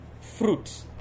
fruit